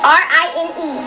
r-i-n-e